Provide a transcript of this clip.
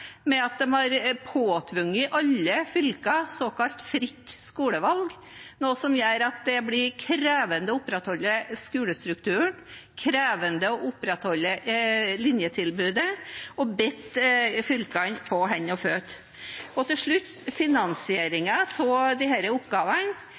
at de har påtvunget alle fylker såkalt fritt skolevalg, noe som gjør at det blir krevende å opprettholde skolestrukturen, krevende å opprettholde linjetilbudet – de har bundet fylkene på hender og føtter. Til slutt